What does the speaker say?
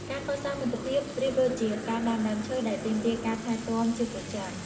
ការកសាងមិត្តភាពប្រៀបដូចជាការដាំដើមឈើ ដែលទាមទារការថែទាំជាប្រចាំ។